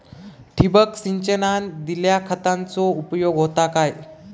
ठिबक सिंचनान दिल्या खतांचो उपयोग होता काय?